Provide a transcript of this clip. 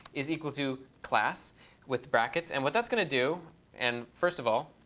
is equal to class with brackets. and what that's going to do and first of all,